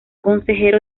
consejero